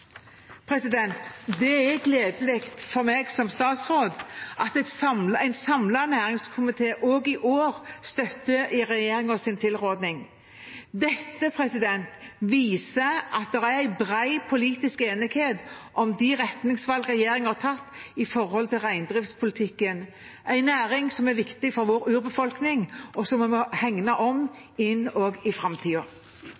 Det er gledelig for meg som statsråd at en samlet næringskomité også i år støtter regjeringens tilråding. Dette viser at det er en bred politisk enighet om de retningsvalg regjeringen har tatt når det gjelder reindriftspolitikken – en næring som er viktig for vår urbefolkning, og som vil bli hegnet om